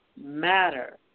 matter